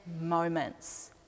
moments